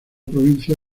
provincia